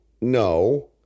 no